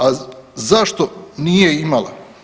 A zašto nije imala?